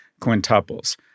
quintuples